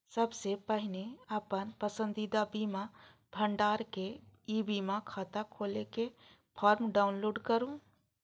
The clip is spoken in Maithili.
सबसं पहिने अपन पसंदीदा बीमा भंडारक ई बीमा खाता खोलै के फॉर्म डाउनलोड करू